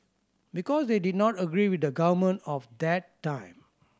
because they did not agree with the government of that time